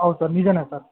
ಹೌದು ಸರ್ ನಿಜಾನೇ ಸರ್